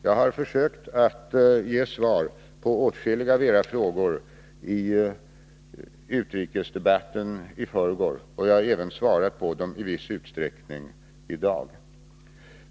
Jag har försökt att ge svar på åtskilliga av era frågor i utrikesdebatten i förrgår, och jag har även svarat på dem i viss utsträckning i dag.